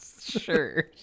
sure